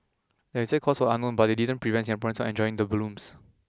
the exact cause was unknown but that didn't prevent Singaporeans from enjoying the blooms